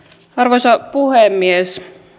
arvoisa puhemies